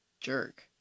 jerk